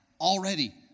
already